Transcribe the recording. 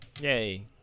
Yay